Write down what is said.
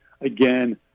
Again